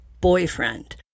boyfriend